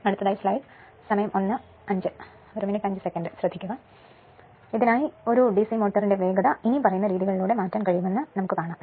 അതായത് ∅ ra ഇതിനായി ഒരു DC മോട്ടോറിന്റെ വേഗത ഇനിപ്പറയുന്ന രീതികളിലൂടെ മാറ്റാൻ കഴിയുമെന്ന് കാണാം